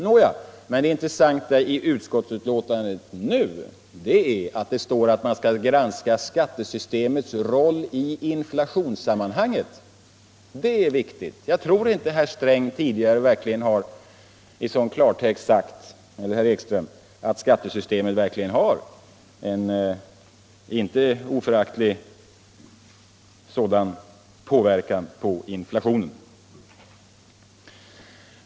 Nåja, men det intressanta i utskottsbetänkandet nu är att det står att man skall granska ”skattesystemets roll i inflationssammanhanget”. Det är viktigt. Jag tror inte att herr Sträng eller herr Ekström tidigare i sådan klartext har sagt att skattesystemet verkligen har en inte föraktlig sådan påverkan på inflationen.